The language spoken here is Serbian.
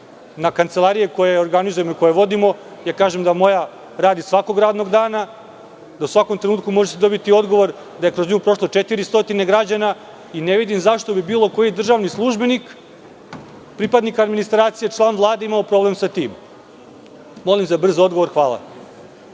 na kancelarije koje organizujemo i vodimo. Moram da kažem da moja radi svakog radnog dana, da u svakom trenutku možete dobiti odgovor. Kroz nju je prošlo 400 građana i ne vidim zašto bi bilo koji državni službenik, pripadnik administracije, član Vlade imao problem sa tim. Molim za brz odgovor. Hvala.